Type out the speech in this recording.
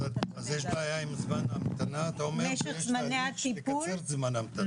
אז יש בעיה עם זמן ההמתנה ואתם שואפים לקצר את זמן ההמתנה.